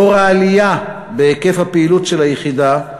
לאור העלייה בהיקף הפעילות של היחידה,